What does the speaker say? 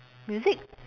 music